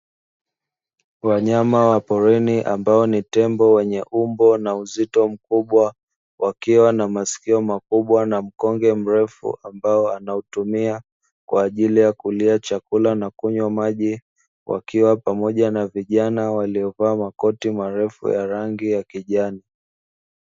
Wanyama wa porini ambao ni tembo wenye umbo na uzito mkubwa wakiwa na maskio makubwa na mkonge mrefu ambao anahutumia kwa ajili ya kulia chakula na kunywa maji, wakiwa pamoja na vijana waliovaa makoti marefu ya rangi ya kijani.